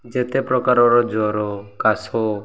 ଯେତେ ପ୍ରକାରର ଜ୍ୱର କାଶ